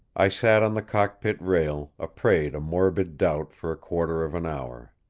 i sat on the cockpit rail, a prey to morbid doubt for a quarter of an hour.